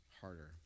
harder